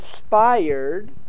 inspired